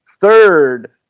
third